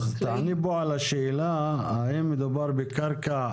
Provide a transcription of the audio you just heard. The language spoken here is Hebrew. אז תעני פה על השאלה האם מדובר בקרקע